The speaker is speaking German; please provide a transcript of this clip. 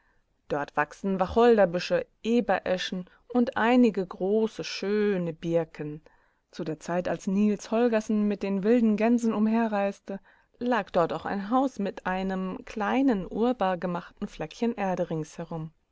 dort wachsen wacholderbüsche ebereschen und einige große schöne birken zu der zeit als niels holgersen mit den wilden gänsen umherreiste lag dort auch ein haus mit einem kleinen urbar gemachten fleckchen erde rings herum